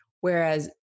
whereas